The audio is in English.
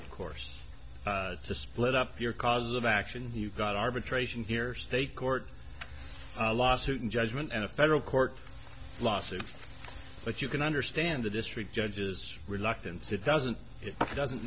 of course to split up your cause of action you've got arbitration here state court lawsuit and judgment and a federal court losses but you can understand the district judges reluctance it doesn't it doesn't